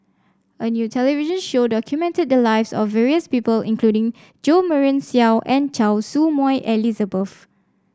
a new television show documented the lives of various people including Jo Marion Seow and Choy Su Moi Elizabeth